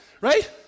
Right